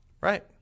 Right